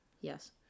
Yes